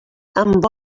amb